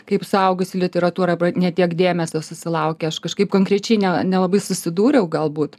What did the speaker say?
kaip suaugusių literatūra ne tiek dėmesio susilaukia aš kažkaip konkrečiai ne nelabai susidūriau galbūt